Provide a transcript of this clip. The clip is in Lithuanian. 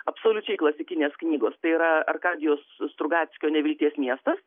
absoliučiai klasikinės knygos tai yra arkadijaus strugackio nevilties miestas